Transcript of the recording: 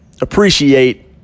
appreciate